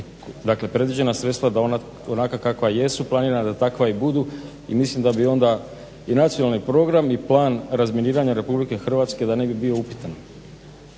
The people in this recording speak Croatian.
dakle predviđena sredstva da ona onakva kakva jesu planirana, da takva i budu. I mislim da bi onda i nacionalni program i plan razminiranja RH da ne bi bio upitan.